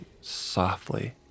softly